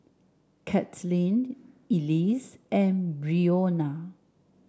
Kaitlynn Elease and Breonna